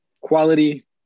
quality